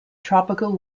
tropical